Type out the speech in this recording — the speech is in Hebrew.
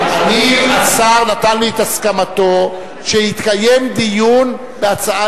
השר נתן לי את הסכמתו שיתקיים דיון בהצעה